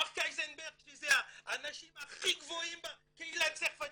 מארק אייזנברג שהם האנשים הכי גבוהים בקהילה הצרפתית,